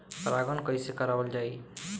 परागण कइसे करावल जाई?